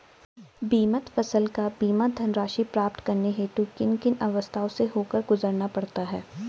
बीमित फसल का बीमा धनराशि प्राप्त करने हेतु किन किन अवस्थाओं से होकर गुजरना पड़ता है?